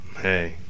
Hey